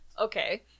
Okay